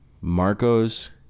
marco's